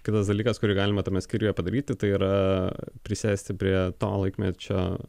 kitas dalykas kurį galima tame skyriuje padaryti tai yra prisėsti prie to laikmečio